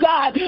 God